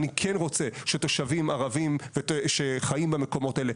אני כן רוצה שתושבים ערבים שחיים במקומות האלו